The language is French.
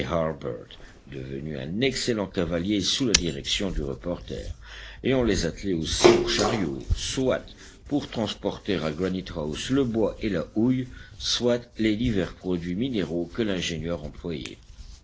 devenu un excellent cavalier sous la direction du reporter et on les attelait aussi au chariot soit pour transporter à granite house le bois et la houille soit les divers produits minéraux que l'ingénieur employait